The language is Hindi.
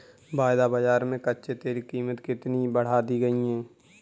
वायदा बाजार में कच्चे तेल की कीमत कितनी बढ़ा दी गई है?